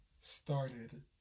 started